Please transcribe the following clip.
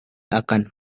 akan